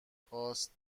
خواست